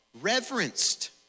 Reverenced